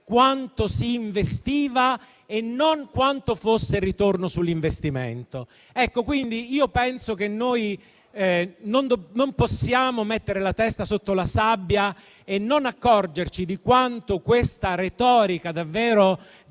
quanto si investiva e non quanto fosse il ritorno sull'investimento. Non possiamo mettere la testa sotto la sabbia e non accorgerci di quanto questa retorica, davvero